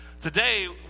Today